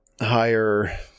higher